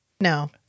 No